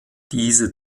diese